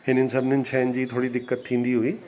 हिननि सभिनीनि शयुनि जी थोरी दिक़त थींदी हुई